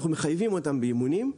אנחנו מחייבים אותם באימונים.